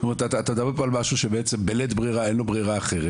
אתה מדבר על משהו שבלית ברירה, אין לו ברירה אחרת